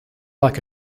like